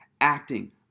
acting